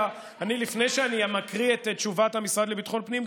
לפני שאני מקריא את תשובת המשרד לביטחון פנים,